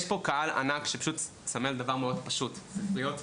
יש פה קהל ענק שפשוט צמא לדבר מאוד פשוט ספריות ציבוריות.